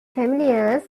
families